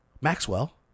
Maxwell